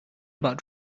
about